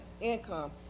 income